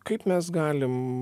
kaip mes galim